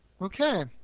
okay